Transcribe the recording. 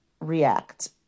react